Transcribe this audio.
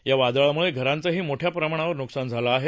या वादळामुळे घरांचंही मोठ्या प्रमाणावर नुकसान झालं आहे